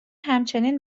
همچنین